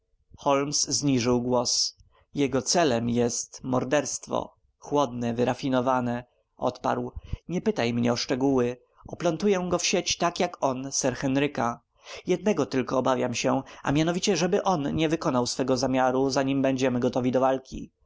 zniżył głos jego celem jest morderstwo chłodne wyrafinowane odparł nie pytaj mnie o szczegóły oplątuję go w sieci tak jak on sir henryka jednego tylko obawiam się a mianowicie żeby on nie wykonał swego zamiaru zanim będziemy gotowi do walki